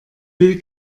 will